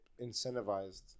incentivized